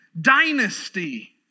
dynasty